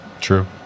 True